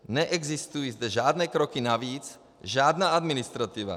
Neexistují zde žádné kroky navíc, žádná administrativa.